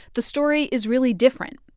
the story is really different.